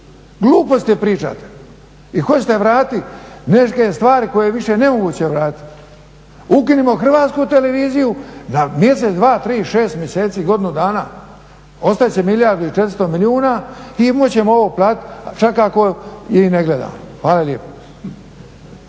Gluposti pričate i hoćete vratiti neke stvari koje je više nemoguće vratiti. Ukinimo Hrvatsku televiziju na mjesec, dva, tri, šest mjeseci, godinu dana. Ostat će milijardu i 400 milijuna i moći ćemo ovo platiti čak i ako ne gledamo. Hvala lijepo.